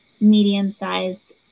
medium-sized